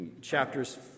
chapters